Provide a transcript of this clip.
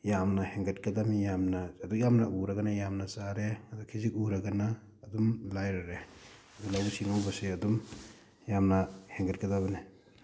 ꯌꯥꯝꯅ ꯍꯦꯟꯒꯠꯒꯗꯕꯅꯤ ꯌꯥꯝꯅ ꯑꯗꯨ ꯌꯥꯝꯅ ꯎꯔꯒꯅ ꯌꯥꯝꯅ ꯆꯥꯔꯦ ꯑꯗꯨ ꯈꯤꯖꯤꯛ ꯎꯔꯒꯅ ꯑꯗꯨꯝ ꯂꯥꯏꯔꯔꯦ ꯂꯧꯎ ꯁꯤꯡꯎꯕꯁꯤ ꯑꯗꯨꯝ ꯌꯥꯝꯅ ꯍꯦꯟꯒꯠꯀꯗꯕꯅꯦ